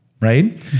right